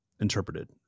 interpreted